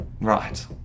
right